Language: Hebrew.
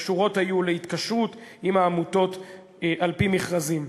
קשורות להתקשרות עם העמותות על-פי מכרזים.